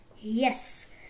yes